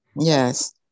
Yes